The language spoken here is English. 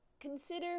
consider